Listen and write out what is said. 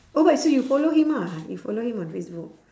oh what so you follow him ah you follow him on facebook